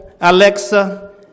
Alexa